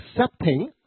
accepting